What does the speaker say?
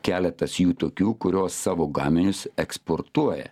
keletas jų tokių kurios savo gaminius eksportuoja